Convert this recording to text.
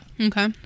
Okay